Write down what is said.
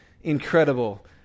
incredible